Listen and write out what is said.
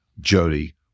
Jody